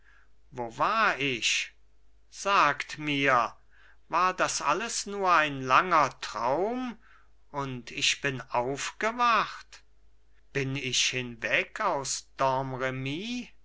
wo war ich sagt mir war das alles nur ein langer traum und ich bin aufgewacht bin ich hinweg aus